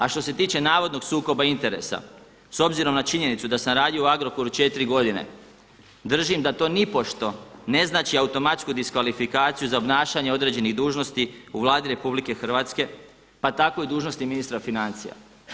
A što se tiče navodnog sukoba interesa, s obzirom na činjenicu da sam radio u Agrokoru 4 godine držim da to nipošto ne znači automatsku diskvalifikaciju za obnašanje određenih dužnosti u Vladi RH pa tako i dužnosti ministra financija.